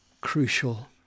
crucial